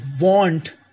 want